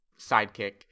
sidekick